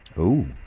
oh!